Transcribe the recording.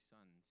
sons